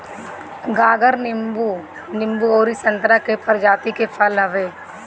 गागर नींबू, नींबू अउरी संतरा के प्रजाति के फल हवे